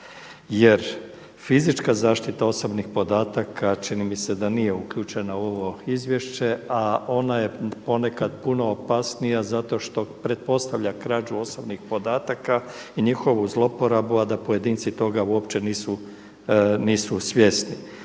Jer fizička zaštita osobnih podataka čini mi se da nije uključena u ovo izvješće, a ona je ponekad puno opasnija zato što pretpostavlja krađu osobnih podataka i njihovu zloporabu, a da pojedinci toga uopće nisu svjesni.